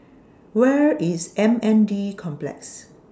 Where IS M N D Complex